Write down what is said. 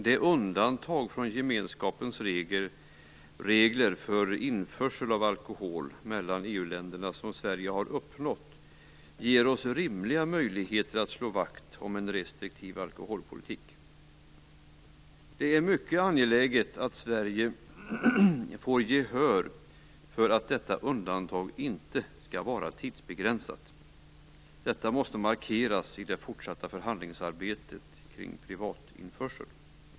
De undantag från gemenskapens regler för införsel av alkohol mellan EU-länderna som Sverige har uppnått ger oss rimliga möjligheter att slå vakt om en restriktiv alkoholpolitik. Det är mycket angeläget att Sverige får gehör för att detta undantag inte skall vara tidsbegränsat. Detta måste markeras i det fortsatta förhandlingsarbetet kring privatinförsel.